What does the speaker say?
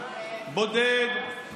בודד,